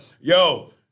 Yo